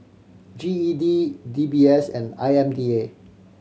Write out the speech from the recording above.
G E D D B S and I M D A